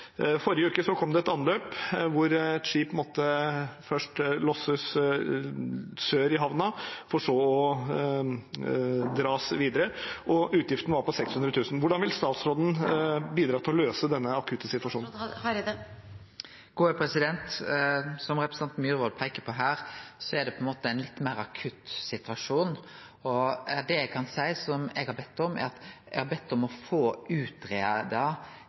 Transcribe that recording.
Forrige uke kom det et anløp hvor et skip først måtte losses sør i havna, for så å dras videre, og utgiften var på 600 000 kr. Hvordan vil statsråden bidra til å løse denne akutte situasjonen? Som representanten Myhrvold peiker på her, er det på ein måte ein litt meir akutt situasjon, og det eg kan seie, er at eg har bedt om å få utgreidd litt forskjellige alternativ her. Me veit at når me snakkar om